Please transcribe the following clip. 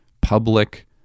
public